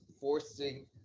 Forcing